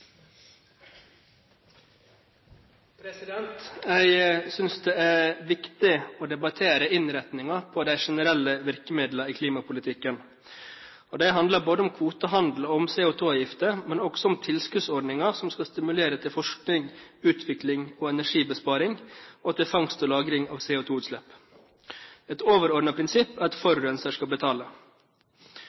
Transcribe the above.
viktig å debattere innretningen på de generelle virkemidlene i klimapolitikken. Det handler om kvotehandel og om CO2-avgifter, men også om tilskuddsordninger som skal stimulere til forskning, utvikling og energibesparing, og til fangst og lagring av CO2-utslipp. Et overordnet prinsipp er at forurenser skal betale.